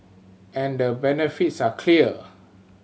and the benefits are clear